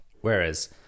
whereas